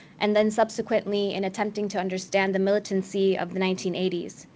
and then, subsequently, in attempting to understand the militancy of the nineteen eighty s.